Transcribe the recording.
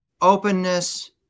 openness